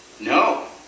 No